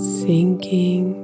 sinking